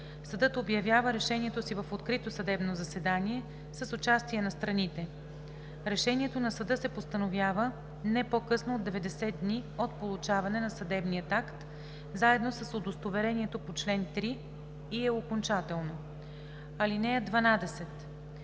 Съдът обявява решението си в открито съдебно заседание с участие на страните. Решението на съда се постановява не по-късно от 90 дни от получаване на съдебния акт заедно с удостоверението по чл. 3 и е окончателно. (12)